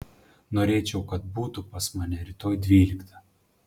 norėčiau kad būtų pas mane rytoj dvyliktą